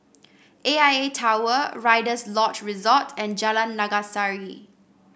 A I A Tower Rider's Lodge Resort and Jalan Naga Sari